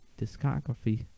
discography